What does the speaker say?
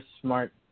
smart